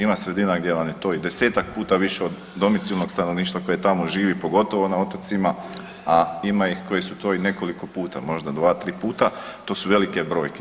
Ima sredina gdje vam je to i 10-tak puta više od domicilnog stanovništva koje tamo živi, pogotovo na otocima, a ima ih koji su to i nekoliko puta, možda 2-3 puta, to su velike brojke.